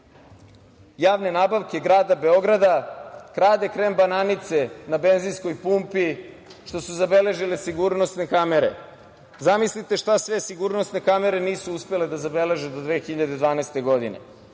javne nabavke grada Beograda krade krem bananice na benzinskoj pumpi, što su zabeležile sigurnosne kamere? Zamislite šta sve sigurnosne kamere nisu uspele da zabeleže do 2012. godine.